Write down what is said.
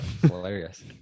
Hilarious